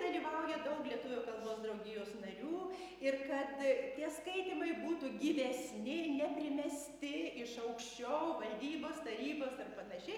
dalyvauja daug lietuvių kalbos draugijos narių ir kad tie skaitymai būtų gyvesni ir neprimesti iš aukščiau valdybos tarybos ar panašiai